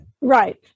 Right